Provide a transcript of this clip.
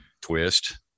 twist